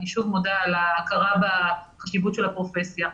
אני שוב מודה על ההכרה בחשיבות של הפרופסיה.